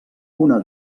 una